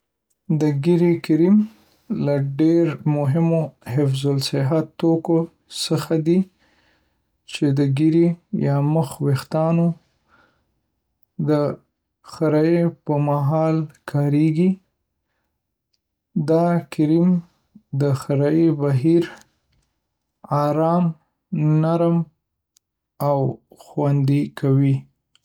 د ږیرې کریم له ډېر مهمو حفظ‌الصحه توکو څخه دی، چې د ږیرې یا مخ ویښتانو د خریی پر مهال کارېږي. دا کریم د خریی بهیر آرام، نرم، او خوندي کوي.